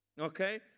Okay